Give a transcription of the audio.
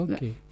Okay